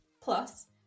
Plus